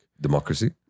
Democracy